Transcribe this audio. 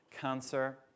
cancer